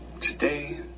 Today